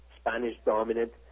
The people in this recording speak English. Spanish-dominant